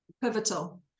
Pivotal